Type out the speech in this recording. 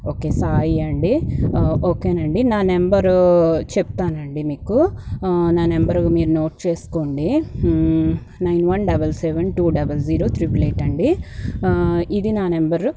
okay Sai అండి okay నండి నా నెంబరు చెప్తానండి మీకు నా నెంబర్ మీరు నోట్ చేసుకోండి nine one double seven two double zero triple eight అండి ఇది నా నంబర్